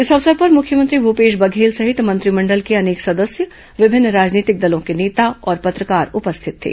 इस अवसर पर मुख्यमंत्री भूपेश बधेल सहित मंत्रिमंडल के अनेक सदस्य विभिन्न राजनीतिक दलों के नेता और पत्रकार उपस्थित थे